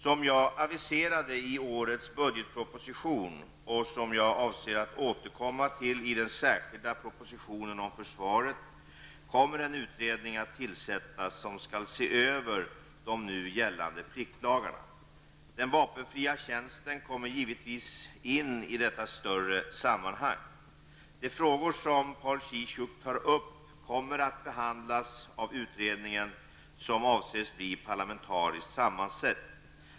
Som jag aviserade i årets budgetproposition och som jag avser att återkomma till i den särskilda propositionen om försvaret kommer en utredning, att tillsättas som skall se över de nu gällande pliktlagarna. Den vapenfria tjänsten kommer givetvis in i detta större sammanhang. De frågor som Paul Ciszuk tar upp kommer att behandlas av utredningen som avses bli parlamentariskt sammansatt.